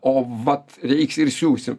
o vat reiks ir siųsim